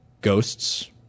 ghosts